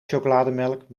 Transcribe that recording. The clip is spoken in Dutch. chocolademelk